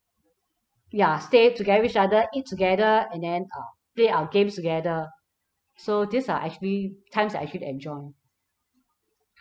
ya stay together with each other eat together and then uh play our games together so this are actually times that I actually enjoy